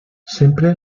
sempre